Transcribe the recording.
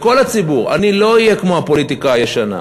לכל הציבור: אני לא אהיה כמו הפוליטיקה הישנה.